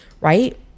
right